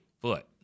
Foot